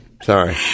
Sorry